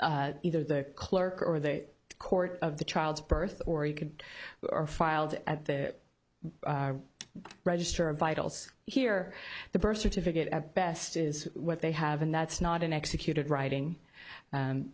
within either the clerk or the court of the child's birth or you could are filed at the register of vitals here the birth certificate at best is what they have and that's not an executed writing